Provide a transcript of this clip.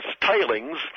Tailings